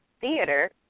theater